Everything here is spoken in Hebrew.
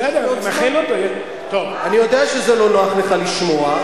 אני יודע שזה לא נוח לך לשמוע.